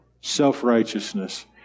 self-righteousness